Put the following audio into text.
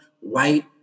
white